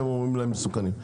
והם קוראים להם מסוכנים.